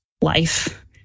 life